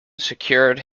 secured